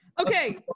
Okay